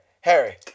Harry